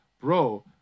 Bro